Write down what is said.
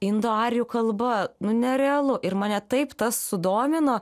indų arijų kalba nu nerealu ir mane taip tas sudomino